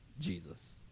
Jesus